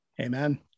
Amen